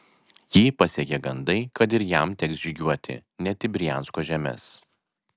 jį pasiekė gandai kad ir jam teks žygiuoti net į briansko žemes